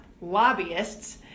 lobbyists